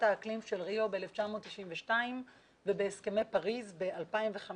האקלים של ריו ב-1992 ובהסכמי פריס ב-2015.